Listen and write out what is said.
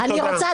תודה.